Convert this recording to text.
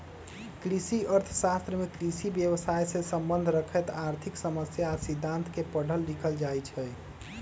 कृषि अर्थ शास्त्र में कृषि व्यवसायसे सम्बन्ध रखैत आर्थिक समस्या आ सिद्धांत के पढ़ल लिखल जाइ छइ